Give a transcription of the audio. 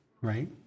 right